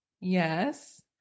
Yes